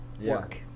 work